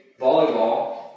volleyball